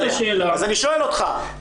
אז אני שואל אותך,